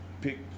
pick